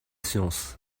sciences